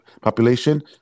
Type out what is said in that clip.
population